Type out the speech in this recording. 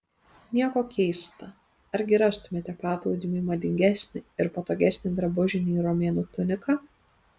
nieko keista argi rastumėte paplūdimiui madingesnį ir patogesnį drabužį nei romėnų tunika